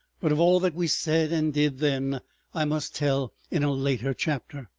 but of all that we said and did then i must tell in a later chapter.